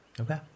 Okay